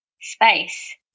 space